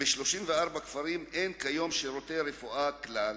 ב-34 כפרים אין כיום שירותי רפואה כלל,